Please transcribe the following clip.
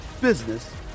business